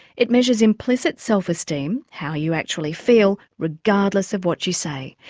it measures implicit self-esteem, how you actually feel, regardless of what you say.